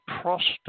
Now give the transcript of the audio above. prostate